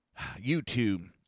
YouTube